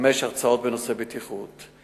5. הרצאות בנושאי בטיחות.